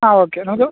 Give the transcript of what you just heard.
ആ ഓക്കെ നമുക്ക്